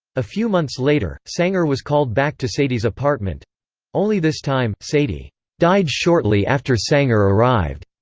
a few months later sanger was called back to sadie's apartment only this time, sadie died shortly after sanger arrived.